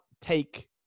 take